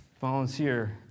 volunteer